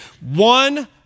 one